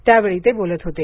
त्यावेळी ते बोलत होते